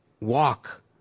walk